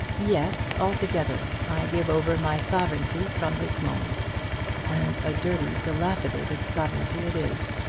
yes altogether. i give over my sovereignty from this moment and a dirty dilapidated sovereignty it is.